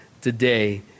today